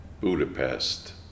Budapest